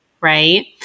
right